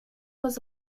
was